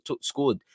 scored